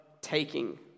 taking